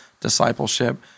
discipleship